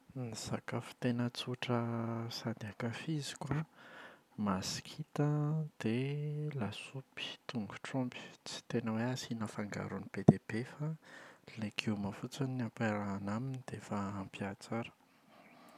Ny sakafo tena tsotra sady ankafiziko an: masikita dia lasopy tongotr’omby tsy tena hoe asiana fangarony be dia be fa legioma fotsiny no ampiarahana aminy dia efa ampy ahy tsara.